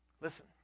Listen